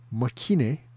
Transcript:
Makine